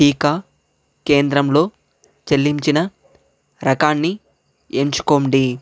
టీకా కేంద్రంలో చెల్లించిన రకాన్ని ఎంచుకోండి